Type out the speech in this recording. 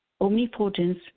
omnipotence